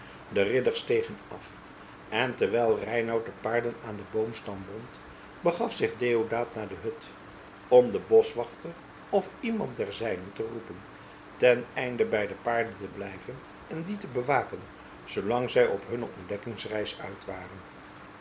de ridders stegen af en terwijl reinout de paarden aan den boomstam bond begaf zich deodaat naar de hut om den boschwachter of iemand der zijnen te roepen ten einde bij de paarden te blijven en die te bewaken zoolang zij op hunne ontdekkingsreis uit waren